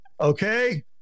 okay